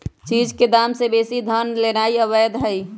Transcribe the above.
चीज के दाम से बेशी धन लेनाइ अवैध हई